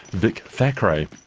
vic thackray.